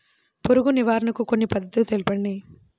పురుగు నివారణకు కొన్ని పద్ధతులు తెలుపండి?